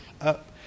up